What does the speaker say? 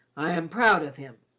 i am proud of him.